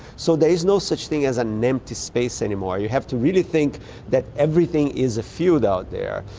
so there is no such thing as an empty space any more, you have to really think that everything is a field out there.